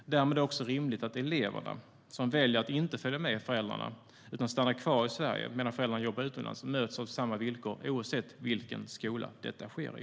Därmed är det också rimligt att eleverna som väljer att inte följa med föräldrarna utan stannar kvar i Sverige medan föräldrarna jobbar utomlands möts av samma villkor oavsett vilken skola detta sker i.